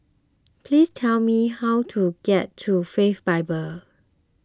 please tell me how to get to Faith Bible